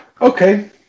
Okay